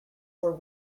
were